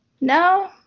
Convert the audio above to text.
no